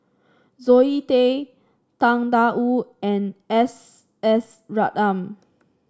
Zoe Tay Tang Da Wu and S S Ratnam